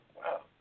wow